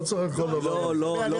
לא צריך על כל דבר להגיב.